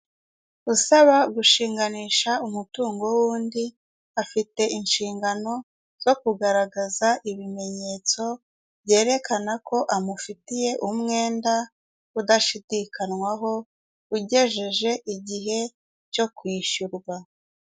Usaba gushinganisha umutungo w'undi afite inshingano zo kugaragaza, ibimenyetso byerekana ko amufitiye umwenda udashidikanywaho, ugejeje igihe cyo kwishyurwa.